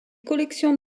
collections